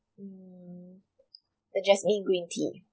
mm the jasmine green tea